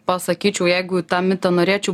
pasakyčiau jeigu tą mitą norėčiau